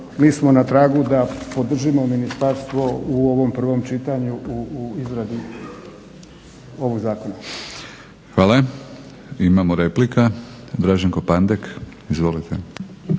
mi smo na tragu da podržimo ministarstvo u ovom prvom čitanju u izradi ovog zakona. **Batinić, Milorad (HNS)** Hvala. Imamo replika. Draženko Pandek, izvolite.